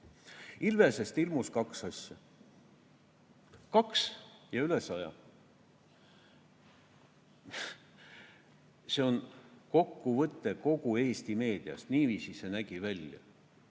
Ilvesest ilmus kaks asja. Kaks ja üle saja. See on kokkuvõte kogu Eesti meediast, niiviisi see nägi välja.